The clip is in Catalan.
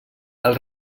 els